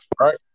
Right